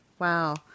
Wow